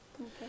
Okay